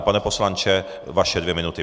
Pane poslanče, vaše dvě minuty.